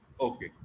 Okay